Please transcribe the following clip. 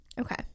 Okay